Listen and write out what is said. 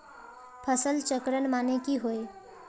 फसल चक्रण माने की होय?